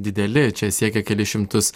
dideli čia siekia kelis šimtus